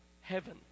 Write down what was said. heaven